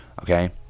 Okay